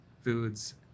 foods